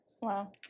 Wow